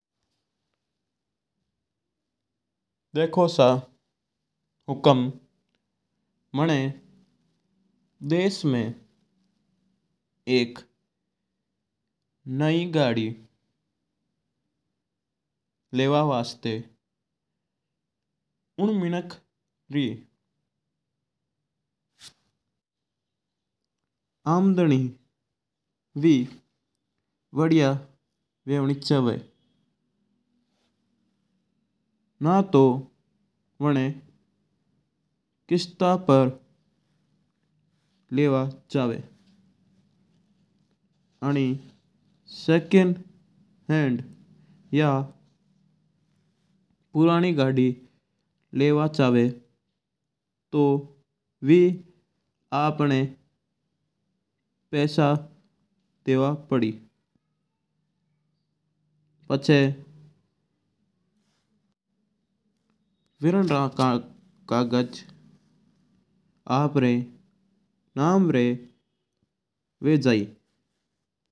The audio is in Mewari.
देखो सा हुकम मना देश में एक नई गड्डी लेवा वास्ता उण मिंक री आमदनी भी बड़ीया होवनी चावा है। या तो बना किस्ता पर लेवा जा वा आनी सेकंड हैंड या पुरानी गड्डी लेवा चावा दो पैसा देवा पड़ी पचा वीर का गज आपके नाम हुआ जाई।